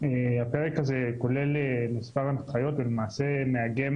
הפרק הזה כולל מספר הנחיות ולמעשה מאגם